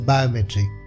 Biometric